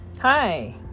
Hi